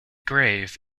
grave